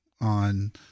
on